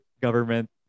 government